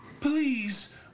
Please